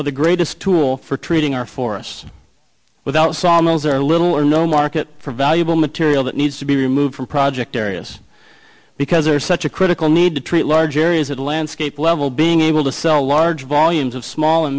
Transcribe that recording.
of the greatest tool for treating our forests without sawmills or little or no market for valuable material that needs to be removed from project areas because there is such a critical need to treat large areas of the landscape level being able to sell large volumes of small a